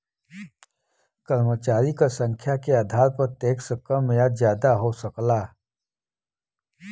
कर्मचारी क संख्या के आधार पर टैक्स कम या जादा हो सकला